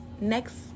Next